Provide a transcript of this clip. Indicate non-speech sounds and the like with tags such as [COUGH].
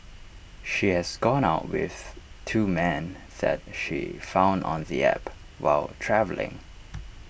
she has gone out with two men that she found on the app while travelling [NOISE]